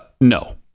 no